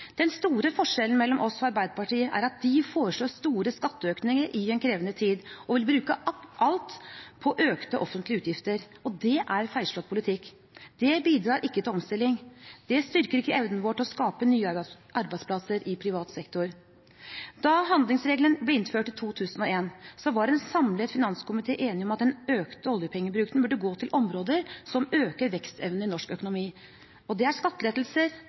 Den store forskjellen mellom oss og Arbeiderpartiet er at de foreslår store skatteøkninger i en krevende tid og vil bruke alt på økte offentlige utgifter. Det er feilslått politikk. Det bidrar ikke til omstilling. Det styrker ikke evnen vår til å skape nye arbeidsplasser i privat sektor. Da handlingsregelen ble innført i 2001, var en samlet finanskomité enige om at den økte oljepengebruken burde gå til områder som øker vekstevnen i norsk økonomi. Det er skattelettelser, det er på samferdsel, og det er